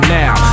now